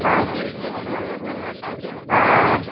અ અહહ